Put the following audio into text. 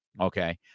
Okay